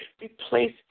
replace